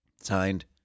Signed